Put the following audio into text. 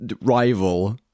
rival